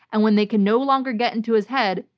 and when they could no longer get into his head,